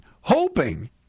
hoping